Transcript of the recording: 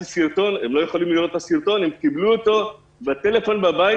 הם לא יכולים לראות את הסרטון אבל הם קיבלו אותו בטלפון בבית,